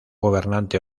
gobernante